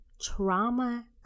Trauma